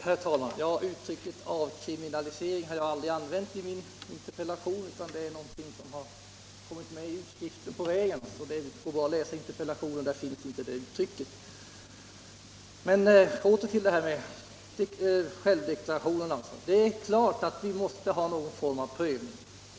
Herr talman! Uttrycket ”avkriminalisering” har jag aldrig använt i min interpellation, utan det är någonting som har kommit med vid rubriceringen. Det går bra att läsa interpellationen — där finns inte det uttrycket. Men åter till det här med självdeklaration: Det är klart att vi måste ha någon form av prövning.